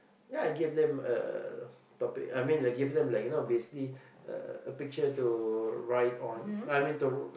ya I gave them a topic I mean I gave them like you know basically a picture to write on uh I mean to